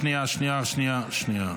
שנייה, שנייה.